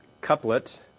couplet